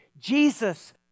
Jesus